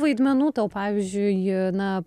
vaidmenų tau pavyzdžiui na